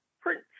Prince